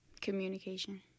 Communication